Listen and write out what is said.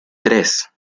tres